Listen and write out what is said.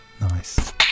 Nice